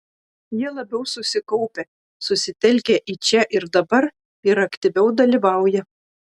jie labiau susikaupę susitelkę į čia ir dabar ir aktyviau dalyvauja